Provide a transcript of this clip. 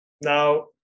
now